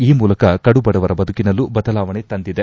ಈ ಮೂಲಕ ಕಡುಬಡವರ ಬದುಕಿನಲ್ಲೂ ಬದಲಾವಣೆ ತಂದಿದೆ